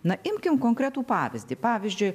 na imkim konkretų pavyzdį pavyzdžiui